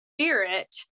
Spirit